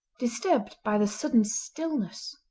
disturbed by the sudden stillness.